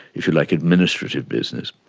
if you like, administrative business.